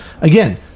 again